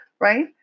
right